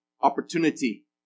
opportunity